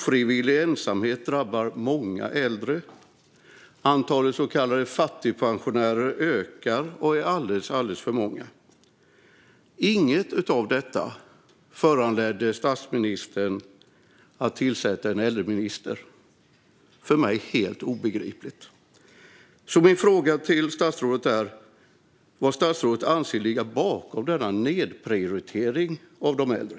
Ofrivillig ensamhet drabbar många äldre, och antalet så kallade fattigpensionärer ökar och är alldeles för stort. Inget av detta föranledde statsministern att tillsätta en äldreminister. Det är för mig helt obegripligt. Min fråga till statsrådet är vad statsrådet anser ligger bakom denna nedprioritering av de äldre.